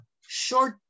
short